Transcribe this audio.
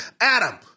Adam